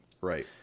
Right